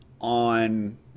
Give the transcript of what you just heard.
on